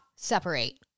separate